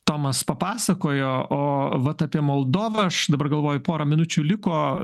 tomas papasakojo o vat apie moldovą aš dabar galvoju pora minučių liko